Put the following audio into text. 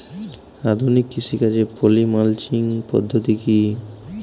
আধুনিক কৃষিকাজে poly mulching পদ্ধতি কি?